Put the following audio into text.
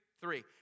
three